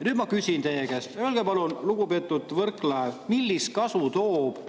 Nüüd ma küsin teie käest. Öelge palun, lugupeetud Võrklaev, millist kasu toob